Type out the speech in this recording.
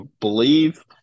believe